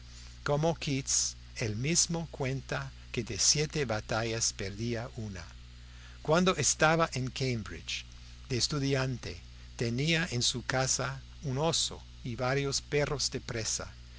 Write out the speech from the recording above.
como keats él mismo cuenta que de siete batallas perdía una cuando estaba en cambridge de estudiante tenía en su casa un oso y varios perros de presa